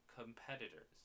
competitors